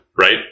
right